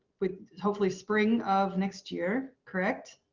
with hopefully spring of next year. correct.